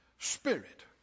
Spirit